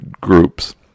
groups